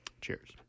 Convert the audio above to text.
Cheers